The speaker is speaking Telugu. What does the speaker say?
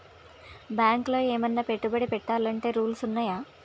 బ్యాంకులో ఏమన్నా పెట్టుబడి పెట్టాలంటే రూల్స్ ఉన్నయా?